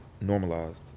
normalized